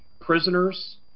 prisoners